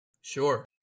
Sure